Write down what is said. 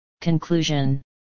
Conclusion